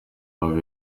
babiri